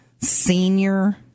Senior